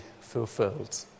fulfilled